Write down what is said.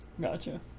Gotcha